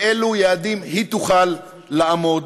באילו יעדים היא תוכל לעמוד,